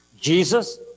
Jesus